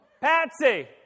Patsy